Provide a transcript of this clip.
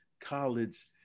college